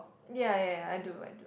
ya ya ya I do I do